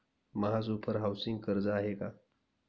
महासुपर हाउसिंग कर्ज आहे का?